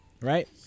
Right